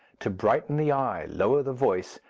to brighten the eye, lower the voice,